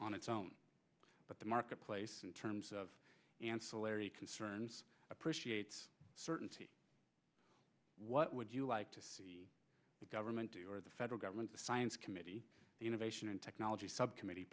on its own but the marketplace in terms of ancillary concerns appreciates certainty what would you like to see the government do or the federal government the science committee the innovation and technology subcommittee